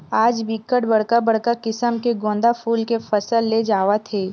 आज बिकट बड़का बड़का किसम के गोंदा फूल के फसल ले जावत हे